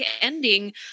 ending